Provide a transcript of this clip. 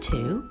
Two